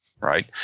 Right